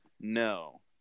no